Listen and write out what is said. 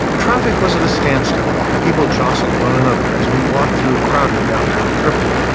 traffic was at a standstill and people jostled one another as we walked through crowded downtown tripoli.